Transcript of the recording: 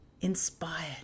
inspired